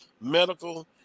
medical